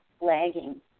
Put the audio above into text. lagging